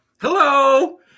Hello